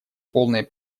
полной